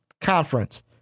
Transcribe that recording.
conference